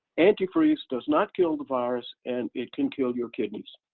antifreeze does not kill the virus and it can kill your kidneys.